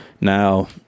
Now